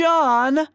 John